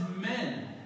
men